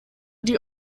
die